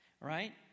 right